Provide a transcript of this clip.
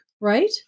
right